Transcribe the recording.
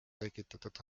tekitatud